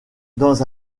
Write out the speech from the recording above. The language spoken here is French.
dans